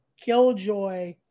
Killjoy